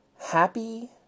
Happy